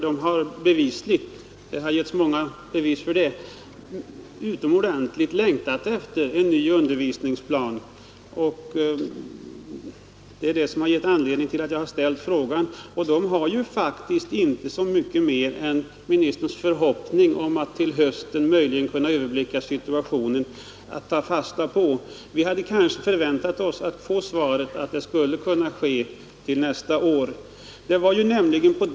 Det har givits många bevis för att de verkligen längtar efter en ny undervisningsplan, och det är också anledningen till att jag har ställt min fråga. De har faktiskt inte så mycket mera att ta fasta på än statsrådets förhoppning att till hösten möjligen kunna överblicka situationen. Jag hade väntat mig att få svaret att ett förslag skulle kunna läggas fram nästa år.